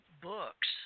Books